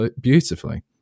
beautifully